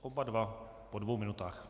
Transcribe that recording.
Oba dva po dvou minutách.